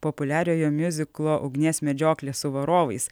populiariojo miuziklo ugnies medžioklė su varovais